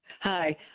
Hi